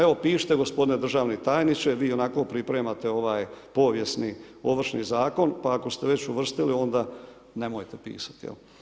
Evo pišite gospodine državni tajniče, vi ionako pripremate ovaj povijesni Ovršni zakon pa ako ste već uvrstili, onda nemojte pisati, jel'